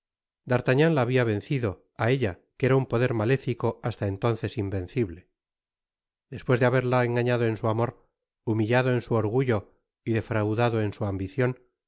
la habia vencido á ella que era un poder maléfico hasta entonces invencible despues de haberla engañado en su amor humillado en su orgullo y defraudado en su ambicion